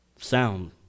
Sound